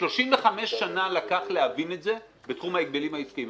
35 שנה לקח להבין את זה בתחום ההגבלים העסקיים.